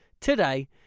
today